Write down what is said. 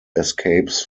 escapes